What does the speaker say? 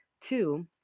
Two